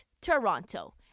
Toronto